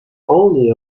only